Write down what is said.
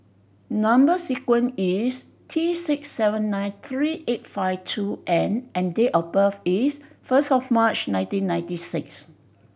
number sequence is T six seven nine three eight five two N and date of birth is first of March nineteen ninety six